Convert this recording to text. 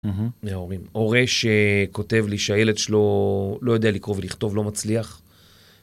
הורה שכותב לי שהילד שלו לא יודע לקרוא ולכתוב, לא מצליח.